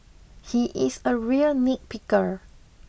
he is a real nitpicker